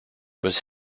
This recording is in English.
was